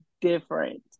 different